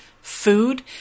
food